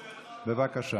בבקשה.